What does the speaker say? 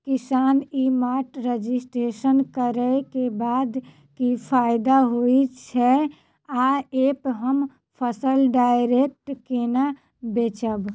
किसान e mart registration करै केँ बाद की फायदा होइ छै आ ऐप हम फसल डायरेक्ट केना बेचब?